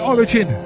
Origin